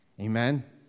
Amen